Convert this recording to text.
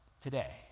today